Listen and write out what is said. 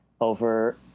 Over